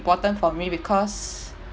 important for me because